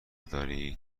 داری